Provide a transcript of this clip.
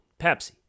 Pepsi